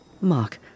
Mark